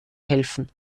helfen